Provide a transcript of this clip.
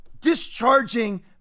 discharging